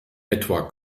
etwa